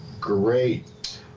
Great